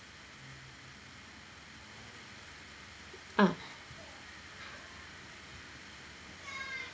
ah